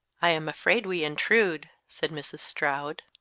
i am afraid we intrude, said mrs. stroud.